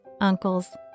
uncles